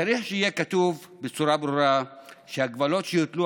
צריך שיהיה כתוב בצורה ברורה שהגבלות שיוטלו